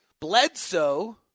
Bledsoe